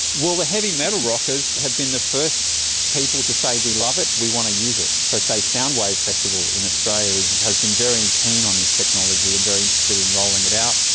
well, the heavy metal rockers have been the first people to say, we love it, we want to use it. so the soundwave festival in australia has been very keen on this technology and very interested in rolling it out.